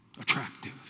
attractive